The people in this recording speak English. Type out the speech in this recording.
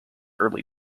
early